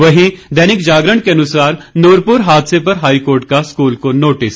वहीं दैनिक जागरण के अनुसार नूरपुर हादसे पर हाईकोर्ट का स्कूल को नोटिस